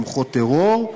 תומכות טרור,